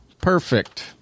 perfect